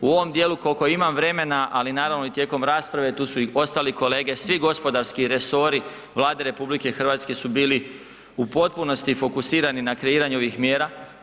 U ovom dijelu koliko imam vremena, ali naravno i tijekom rasprave tu su i ostali kolege, svi gospodarski resori Vlade RH su bili u potpunosti fokusirani na kreiranje ovih mjera.